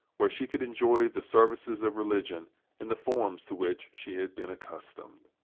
where she could enjoy the services of religion in the forms to which she had been accustomed.